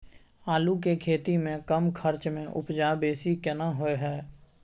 आलू के खेती में कम खर्च में उपजा बेसी केना होय है?